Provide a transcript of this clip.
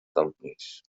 companies